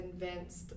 convinced